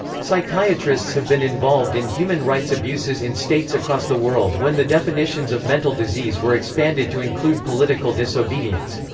psychiatrists have been involved in human rights abuses in states across the world when the definitions of mental disease were expanded to include political disobedience.